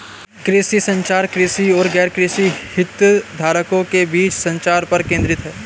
कृषि संचार, कृषि और गैरकृषि हितधारकों के बीच संचार पर केंद्रित है